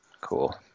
cool